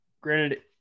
granted